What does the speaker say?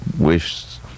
wish